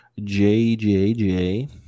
JJJ